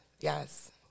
Yes